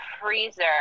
freezer